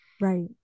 Right